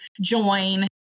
join